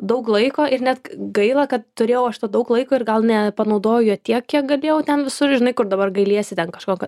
daug laiko ir net gaila kad turėjau aš to daug laiko ir gal nepanaudojo tiek kiek galėjau ten visur žinai kur dabar gailiesi ten kažko kad